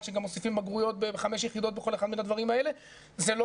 כשמוסיפים בגרויות ב-5 יחידות בכל אחד מהדברים האלה זה לא